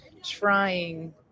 trying